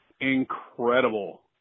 incredible